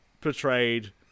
portrayed